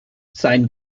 sein